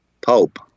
pope